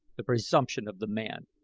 the presumption of the man!